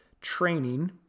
training